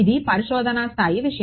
ఇది పరిశోధన స్థాయి విషయం